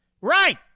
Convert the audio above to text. Right